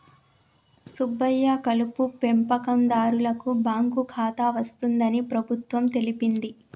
సుబ్బయ్య కలుపు పెంపకందారులకు బాంకు ఖాతా వస్తుందని ప్రభుత్వం తెలిపింది